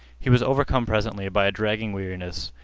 he was overcome presently by a dragging weariness.